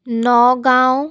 Nagaon